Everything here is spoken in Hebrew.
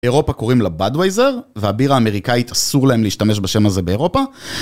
אירופה קוראים לה Budweiser והבירה האמריקאית אסור להם להשתמש בשם הזה באירופה